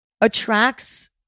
attracts